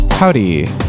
Howdy